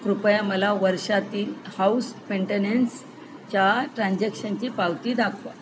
कृपया मला वर्षातील हाउस मेंटेनेन्सच्या ट्रान्झॅक्शनची पावती दाखवा